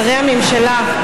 שרי הממשלה,